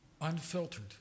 unfiltered